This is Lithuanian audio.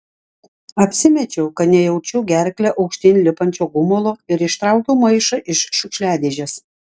apsimečiau kad nejaučiu gerkle aukštyn lipančio gumulo ir ištraukiau maišą iš šiukšliadėžės